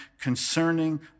concerning